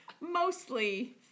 mostly